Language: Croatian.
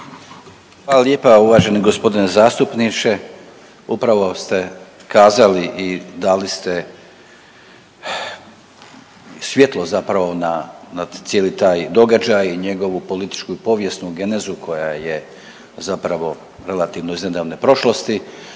Hvala lijepa uvaženi gospodine zastupniče. Upravo ste kazali i dali ste svjetlo zapravo nad cijeli taj događaj i njegovu političku i povijesnu genezu koja je zapravo relativno iz nedavne prošlosti.